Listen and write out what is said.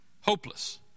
hopeless